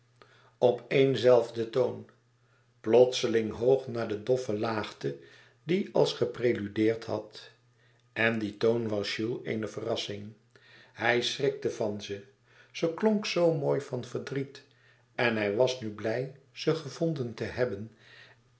op éen zelfden toon plotseling hoog na de doffe laagte die als gepreludeerd had en die toon was jules eene verrassing hij schrikte van ze ze klonk zoo mooi van verdriet en hij was nu blij ze gevonden te hebben